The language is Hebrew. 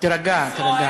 תירגע, תירגע.